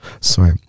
sorry